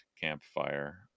campfire